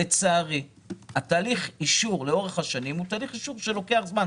לצערי תהליך האישור לאורך השנים הוא תהליך אישור שלוקח זמן.